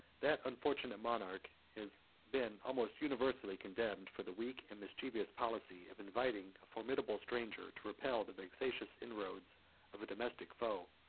that unfortunate monarch has been almost unanimously condemned for the weak and mischievous policy of inviting a formidable stranger to repel the vexatious inroads of a domestic foe.